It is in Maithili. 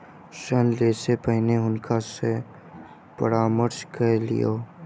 ऋण लै से पहिने हुनका सॅ परामर्श कय लिअ